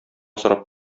сорап